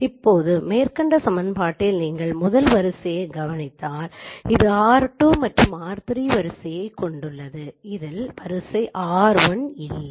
இப்போது மேற்கண்ட சமன்பாடில் நீங்கள் முதல் வரிசையை கவனித்தால் இது r 2 மற்றும் r 3 வரிசையை கொண்டுள்ளது இதில் வரிசை r 1 இல்லை